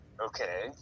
Okay